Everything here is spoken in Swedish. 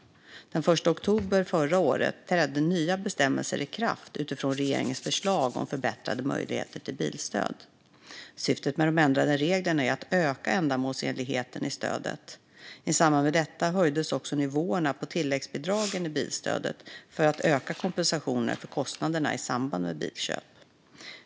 Den 1 oktober förra året trädde nya bestämmelser i kraft utifrån regeringens förslag om förbättrade möjligheter till bilstöd. Syftet med de ändrade reglerna är att öka ändamålsenligheten i stödet. I samband med detta höjdes också nivåerna på tilläggsbidragen i bilstödet för att öka kompensationen för kostnaderna i samband med bilköp.